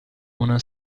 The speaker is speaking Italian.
una